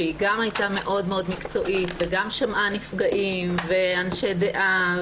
שגם הייתה מאוד מאוד מקצועית וגם שמעה נפגעים ואנשי דעה